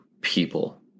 people